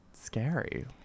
scary